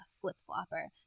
flip-flopper